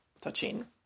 touching